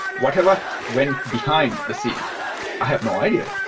whatever went behind the scene i have no idea,